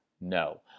no